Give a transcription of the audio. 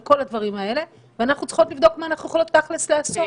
לכל הדברים האלה ואנחנו צריכות לבדוק מה אנחנו יכולות תכלס לעשות.